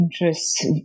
interests